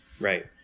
Right